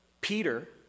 Peter